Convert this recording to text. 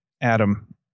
Adam